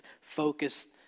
focused